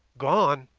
gone!